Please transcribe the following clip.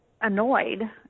annoyed